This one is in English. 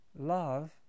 love